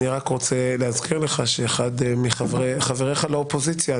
אני רק רוצה להזכיר לך שאחד מחבריך לאופוזיציה,